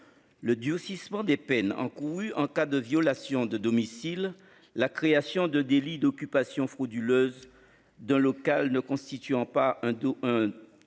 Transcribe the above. Le durcissement des peines encourues en cas de violation de domicile. La création de délit d'occupation frauduleuse. D'un local ne constituant pas un tout.